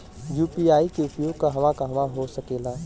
UPI के उपयोग कहवा कहवा हो सकेला?